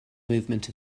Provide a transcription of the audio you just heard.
movement